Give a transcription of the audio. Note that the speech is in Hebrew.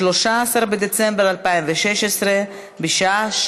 13 בדצמבר 2016, בשעה